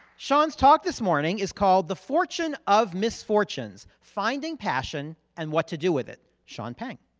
sean's talk this morning is called the fortune of misfortunes. finding passion and what to do with it. sean pang.